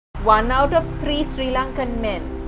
one out of three sri lankan men.